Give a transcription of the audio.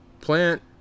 plant